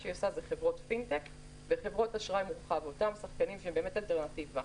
חלופות אמתיות של אשראי חוץ-בנקאי וצריך להגיד את זה.